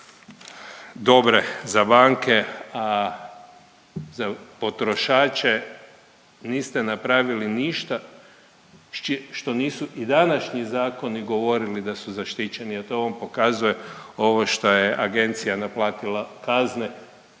dobre za banke, a za potrošače niste napravili ništa što nisu i današnji zakoni govorili da su zaštićeni, a to vam pokazuje ovo šta je agencija naplatila kazne